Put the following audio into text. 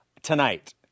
Tonight